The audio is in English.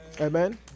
Amen